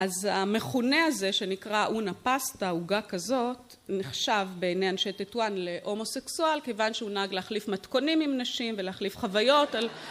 אז המכונה הזה שנקרא אונה פסטה עוגה כזאת נחשב בעיני אנשי תיטואן להומוסקסואל כיוון שהוא נהג להחליף מתכונים עם נשים ולהחליף חוויות על